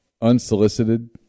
unsolicited